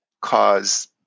cause